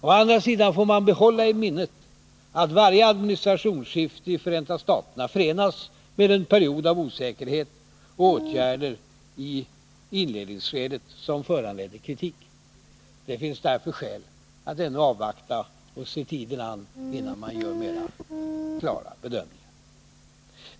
Å andra sidan får man hålla i minnet att varje administrationsskifte i Förenta staterna förenas med en period av osäkerhet och åtgärder i inledningsskedet som föranleder kritik. Det finns därför skäl att ännu avvakta och se tiden an, innan man gör mer klara bedömningar.